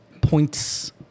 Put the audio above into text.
Points